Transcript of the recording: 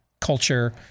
culture